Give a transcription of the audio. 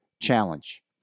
challenge